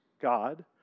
God